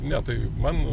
ne tai man